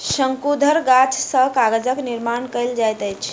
शंकुधर गाछ सॅ कागजक निर्माण कयल जाइत अछि